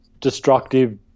destructive